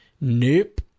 nope